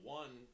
one